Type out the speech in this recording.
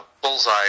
bullseye